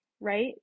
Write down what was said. right